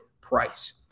price